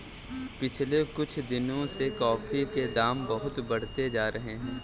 पिछले कुछ दिनों से कॉफी के दाम बहुत बढ़ते जा रहे है